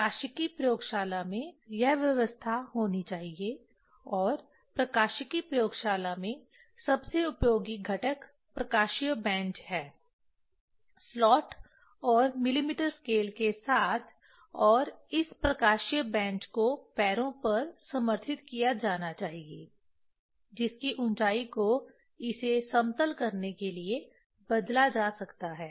प्रकाशिकी प्रयोगशाला में यह व्यवस्था होनी चाहिए और प्रकाशिकी प्रयोगशाला में सबसे उपयोगी घटक प्रकाशीय बेंच है स्लॉट और मिलीमीटर स्केल के साथ और इस प्रकाशीय बेंच को पैरों पर समर्थित किया जाना चाहिए जिसकी ऊंचाई को इसे समतल करने के लिए बदला जा सकता है